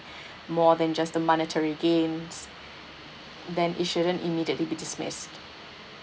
more than just the monetary gains then it shouldn't immediately be dismissed